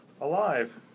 alive